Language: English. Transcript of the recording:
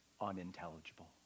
unintelligible